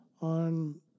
On